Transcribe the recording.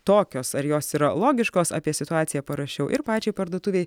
tokios ar jos yra logiškos apie situaciją parašiau ir pačiai parduotuvei